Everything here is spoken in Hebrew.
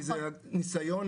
חלוקה,